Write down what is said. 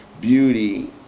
beauty